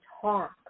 talk